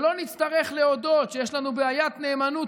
שלא נצטרך להודות שיש לנו בעיית נאמנות